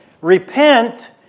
Repent